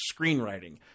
screenwriting